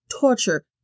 torture